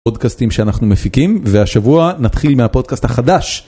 פודקאסטים שאנחנו מפיקים והשבוע נתחיל מהפודקאסט החדש.